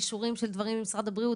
אישורים של דברים ממשרד הבריאות,